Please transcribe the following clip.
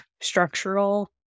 structural